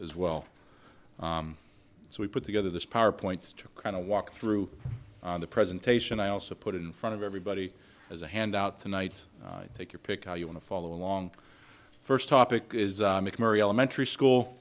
as well so we put together this power points to kind of walk through the presentation i also put it in front of everybody as a handout tonight take your pick how you want to follow along first topic mcmurry elementary school